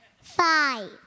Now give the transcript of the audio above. Five